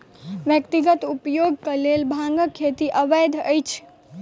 व्यक्तिगत उपयोग के लेल भांगक खेती अवैध अछि